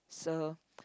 so